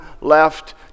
left